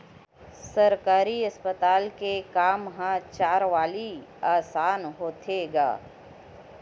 सरकारी अस्पताल के काम ह चारवाली असन होथे गा